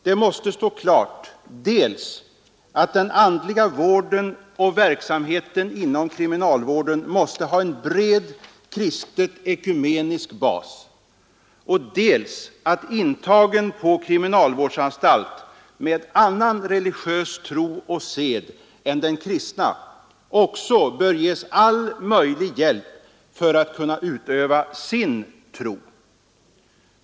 Det måste stå klart dels att den andliga vården och verksamheten inom kriminalvården måste ha en bred kristetekumenisk bas, dels att intagen på kriminalvårdsanstalt med annan religiös tro och sed än den kristna också bör ges all möjlig hjälp för att kunna utöva sin tro.